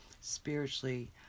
spiritually